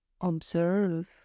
observe